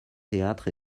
théâtre